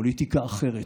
פוליטיקה אחרת,